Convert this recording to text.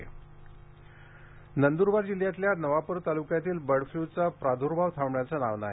bird flu Nandurbar जिल्ह्यातल्या नवापूर तालुक्यातील bird फ्लूचा प्राद्र्भाव थांबण्याचं नाव नाही